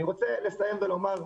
אני רוצה לסיים ולומר,